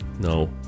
No